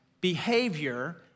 behavior